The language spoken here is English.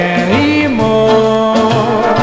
anymore